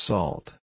Salt